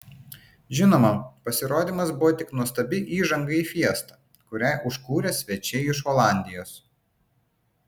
žinoma pasirodymas buvo tik nuostabi įžanga į fiestą kurią užkūrė svečiai iš olandijos